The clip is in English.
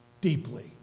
deeply